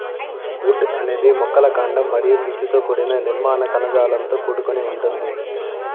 would అనేది మొక్కల కాండం మరియు పీచుతో కూడిన నిర్మాణ కణజాలంతో కూడుకొని ఉంటుంది